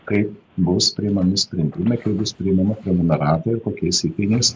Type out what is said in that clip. kaip bus priimami sprendimai kaip bus priimama prenumerata ir kokiais įkainiais